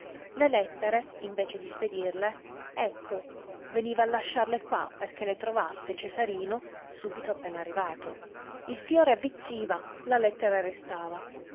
le lettere invece di spedirle ecco veniva a lasciarle qua perché le trovasse cesarino subito appena arrivato il fiore avvizziva la lettera restava